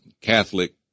Catholic